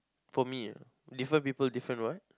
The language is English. for me different people different what